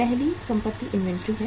पहली संपत्ति इन्वेंट्री है